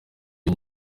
iyo